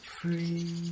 free